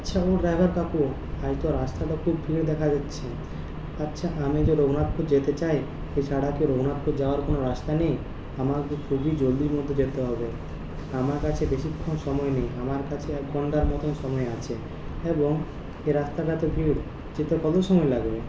আচ্ছা আমি কাকু ড্রাইভার কাকু আজ তো রাস্তাটা খুব ভিড় দেখা যাচ্ছে আচ্ছা আমি যে রঘুনাথপুর যেতে চাই এছাড়া কি রঘুনাথপুর যাওয়ার কোনো রাস্তা নেই আমার যে খুবই জলদির মধ্যে যেতে হবে আমার কাছে বেশিক্ষণ সময় নেই আমার কাছে এক ঘন্টার মতো সময় আছে এবং এই রাস্তাটা তো ভিড় যেতে কত সময় লাগবে